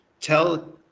Tell